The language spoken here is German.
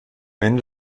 ende